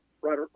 right